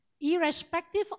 irrespective